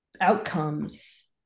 outcomes